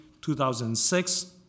2006